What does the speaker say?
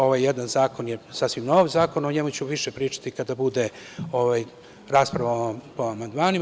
Ovaj jedan zakon je sasvim nov zakon, o njemu ću više pričati kada bude rasprava o amandmanima.